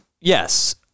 yes